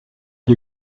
you